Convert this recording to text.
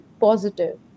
positive